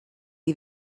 you